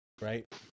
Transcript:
right